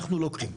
אנחנו לוקחים.